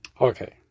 Okay